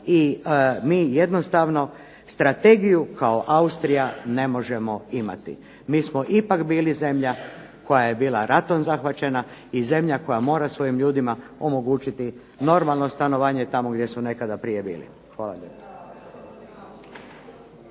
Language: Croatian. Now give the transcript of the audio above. i mi jednostavno strategiju kao Austrija ne možemo imati. Mi smo ipak bili zemlja koja je bila ratom zahvaćena i zemlja koja mora svojim ljudima omogućiti normalno stanovanje tamo gdje su nekada bili. Hvala